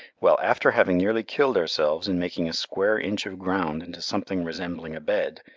well, after having nearly killed ourselves in making a square inch of ground into something resembling a bed,